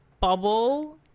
bubble